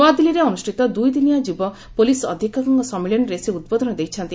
ନୁଆଦିଲ୍ଲୀରେ ଅନୁଷ୍ଠିତ ଦୁଇଦିନିଆ ଯୁବ ପୁଲିସ୍ ଅଧିକ୍ଷକଙ୍କ ସମ୍ମିଳନୀରେ ସେ ଉଦ୍ବୋଧନ ଦେଇଛନ୍ତି